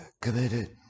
committed